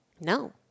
No